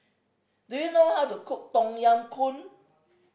do you know how to cook Tom Yam Goong